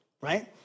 right